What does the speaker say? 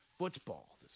football